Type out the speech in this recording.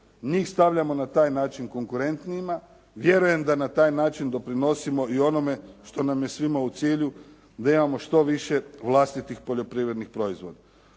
Njih stavljamo na taj način konkurentnijima. Vjerujem da na taj način doprinosimo i onome što nam je svima u cilju da imamo što više vlastitih poljoprivrednih proizvoda.